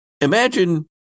Imagine